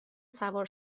سوار